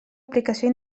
aplicació